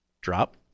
Drop